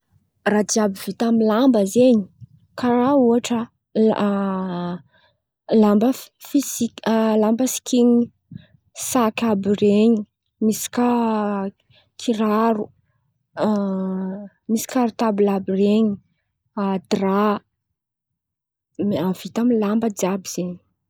Raha jiàby vita aminy lamba zen̈y karà ohatra: lamba sikinin̈y, saky àby ren̈y, misy kà kiraro, misy karitabla àby ren̈y, dra vita aminy lamba jiàby zen̈y.